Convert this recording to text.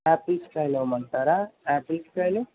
apples కాయలు ఇవ్వమంటారా apples కాయలు